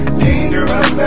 dangerous